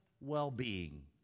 well-being